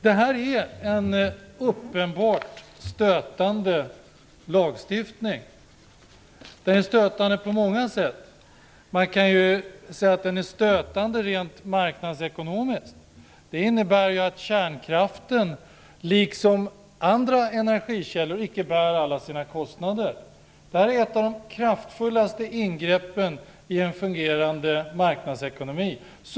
Det är en uppenbart stötande lagstiftning. Den är stötande på många sätt. Den är stötande rent marknadsekonomiskt. Den innebär att kärnkraften, liksom andra energikällor, icke bär alla sina kostnader. Det är ett av de kraftfullaste ingreppen i en fungerande marknadsekonomi.